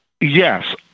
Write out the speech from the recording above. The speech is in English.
yes